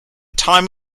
time